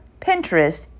Pinterest